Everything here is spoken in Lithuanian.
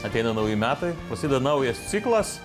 ateina nauji metai prasideda naujas ciklas